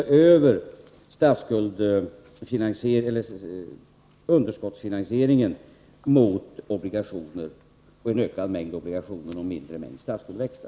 För det andra måste underskottsfinansieringen vridas över mot en ökad mängd obligationer och en mindre mängd statsskuldsväxlar.